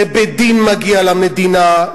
זה בדין מגיע למדינה,